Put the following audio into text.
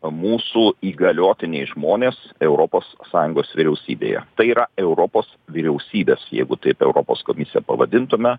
mūsų įgaliotiniai žmonės europos sąjungos vyriausybėje tai yra europos vyriausybės jeigu taip europos komisiją pavadintume